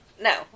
No